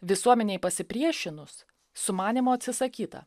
visuomenei pasipriešinus sumanymo atsisakyta